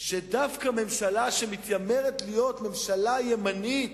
שדווקא ממשלה שמתיימרת להיות ממשלה ימנית,